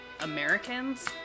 Americans